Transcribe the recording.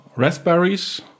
Raspberries